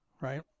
Right